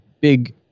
big